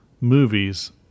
movies